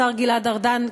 השר גלעד ארדן,